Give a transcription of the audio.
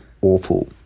awful